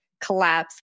collapse